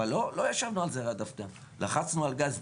אבל לא ישבנו על זה --- לחצנו על הגז,